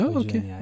okay